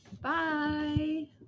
Bye